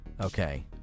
Okay